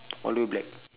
all black black